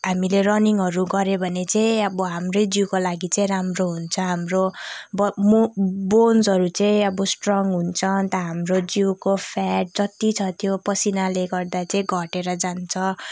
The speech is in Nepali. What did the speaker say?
हामीेले रनिङहरू गऱ्यो भने चाहिँ अब हाम्रै जिउको लागि चाहिँ राम्रो हुन्छ हाम्रो ब मो बोन्सहरू चाहिँ अब स्ट्रङ्ग हुन्छ अन्त हाम्रो जिउको फ्याट जति छ त्यो पसिनाले गर्दा चाहिँ घटेर जान्छ